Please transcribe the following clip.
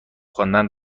خواندن